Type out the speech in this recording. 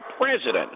president